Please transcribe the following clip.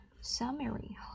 Summary